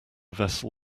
vessel